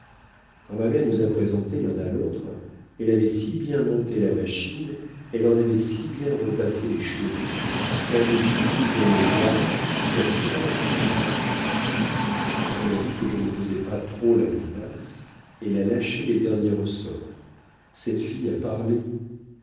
quand ma mère nous a présentés l'un à l'autre elle avait si bien monté la machine elle en avait si bien repassé les chevilles tant mis l'huile dans les rouages que rien n'a crié puis quand elle a vu que je ne faisais pas trop la grimace elle a lâché les derniers ressorts cette fille a parlé